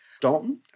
dalton